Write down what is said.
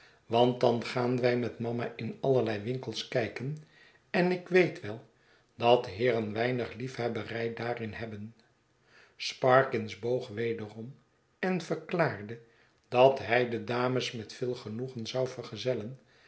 want dan gaan wij met mama in allerlei winkels kijken en ik weet wel dat heeren weinig liefhebbenj daarin hebben sparkins boog wederom en verklaarde dat hij de dames met veel genoegen zou vergezellen